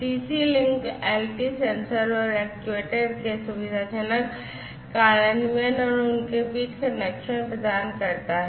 CC link LT sensor और actuators के सुविधाजनक कार्यान्वयन और उनके बीच कनेक्शन प्रदान करता है